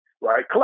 right